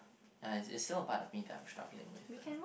ya it's still a part of me that I'm struggling with ah